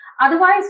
otherwise